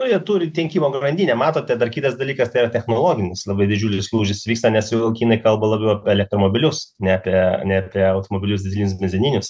nu jie turi tiekimo grandinę matote dar kitas dalykas tai yra technologinis labai didžiulis lūžis vyksta nes jau kinai kalba labiau elektromobilius ne apie ne apie automobilius dyzelinius benzininius